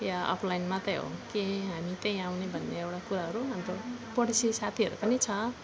या offline मात्रै हो कि हामी त्यहीँ आउने भन्ने एउटा कुराहरू अन्त हाम्रो पडोसी साथीहरू पनि छ